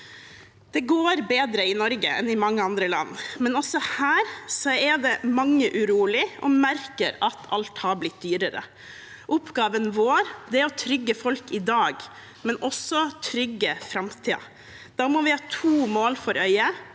Det går bedre i Norge enn i mange andre land, men også her er mange urolige og merker at alt har blitt dyrere. Oppgaven vår er å trygge folk i dag, men også å trygge framtiden. Da må vi ha to mål for øyet: